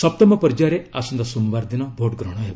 ସପ୍ତମ ପର୍ଯ୍ୟାୟରେ ଆସନ୍ତା ସୋମବାର ଦିନ ଭୋଟ ଗ୍ରହଣ ହେବ